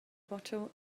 bottle